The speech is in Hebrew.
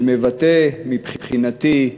שמבטא, מבחינתי,